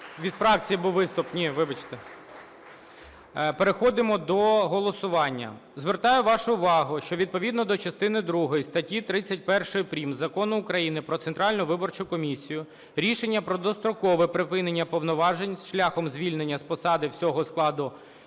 Від фракції був виступ. Ні, вибачте. Переходимо до голосування. Звертаю вашу увагу, що відповідно до частини другої статті 31 прим. Закону Україна "Про Центральну виборчу комісію" рішення про дострокове припинення повноважень шляхом звільнення з посад всього складу